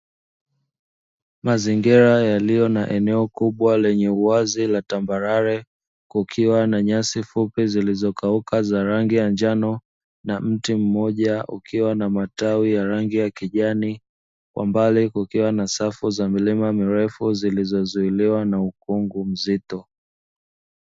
Mazingira yaliyo na eneo kubwa lenye uwazi la tambarare kukiwa na nyasi fupi zilizo kauka kwa rangi ya njano na mti mmoja ukiwa na matawi ya rangi ya kijani. Kwa mbali kukiwa na safu za milima mirefu zilizo zuiliwa na ukungu mzito.